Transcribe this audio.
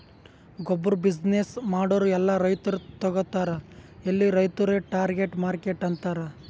ಗೊಬ್ಬುರ್ ಬಿಸಿನ್ನೆಸ್ ಮಾಡೂರ್ ಎಲ್ಲಾ ರೈತರು ತಗೋತಾರ್ ಎಲ್ಲಿ ರೈತುರೇ ಟಾರ್ಗೆಟ್ ಮಾರ್ಕೆಟ್ ಆತರ್